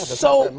so,